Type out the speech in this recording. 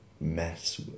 mess